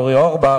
אורי אורבך,